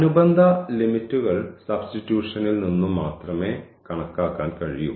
അനുബന്ധ ലിമിറ്റ്കൾ സബ്സ്റ്റിറ്റ്യൂട്ട്ഷൻഇൽ നിന്നും മാത്രമേ കണക്കാക്കാൻ കഴിയൂ